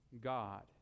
God